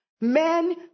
men